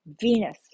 Venus